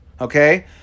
okay